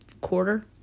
quarter